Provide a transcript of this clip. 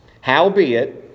Howbeit